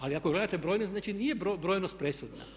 Ali kako gledate brojnost, znači nije brojnost presudna.